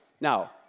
Now